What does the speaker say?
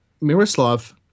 Miroslav